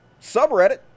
subreddit